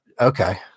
Okay